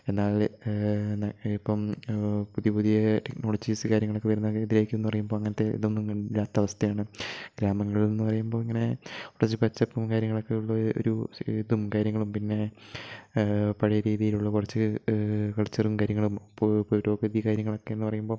എന്നാല് എന്താ ഇപ്പം പുതിയ പുതിയ ടെക്നോളജീസ് കാര്യങ്ങളൊക്കെ വരുന്ന രീതിയിലേക്ക് എന്ന് പറയുമ്പോൾ അങ്ങനത്തെ ഇതൊന്നും ഇല്ലാത്ത അവസ്ഥയാണ് ഗ്രാമങ്ങളില് എന്ന് പറയുമ്പോ ഇങ്ങനെ കുറച്ച് പച്ചപ്പും കാര്യങ്ങളൊക്കെ ഉള്ള ഒരു സ് ഇതും കാര്യങ്ങളും പിന്നെ പഴയ രീതിയിലുള്ള കുറച്ച് കൾച്ചറും കാര്യങ്ങളും ഇപ്പോൾ പുരോഗതി കാര്യങ്ങളൊക്കെ എന്ന് പറയുമ്പം